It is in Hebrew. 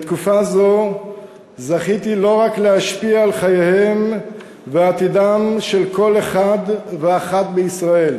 בתקופה זו זכיתי לא רק להשפיע על חייהם ועתידם של כל אחד ואחת בישראל,